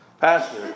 pastor